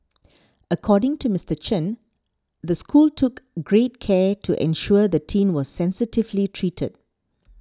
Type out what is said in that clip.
according to Mister Chen the school took great care to ensure the teen was sensitively treated